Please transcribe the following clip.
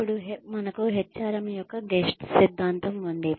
ఇప్పుడు మనకు HRM యొక్క గెస్ట్స్ సిద్ధాంతంGuest's theory ఉంది